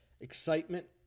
excitement